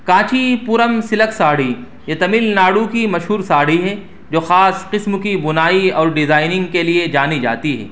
کانچی پورم silk sari یہ تمل ناڈو کی مشہور ساڑی ہے جو خاص قسم کی بنائی اور ڈیزائننگ کے لیے جانی جاتی ہے